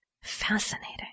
fascinating